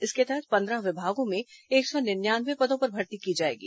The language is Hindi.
इसके तहत पंद्रह विभागों में एक सौ निन्यानवें पदों पर भर्ती की जाएगी